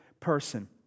Person